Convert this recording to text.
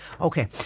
Okay